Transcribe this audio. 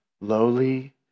lowly